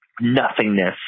nothingness